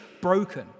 broken